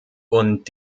und